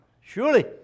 surely